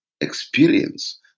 experience